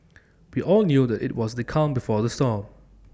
we all knew that IT was the calm before the storm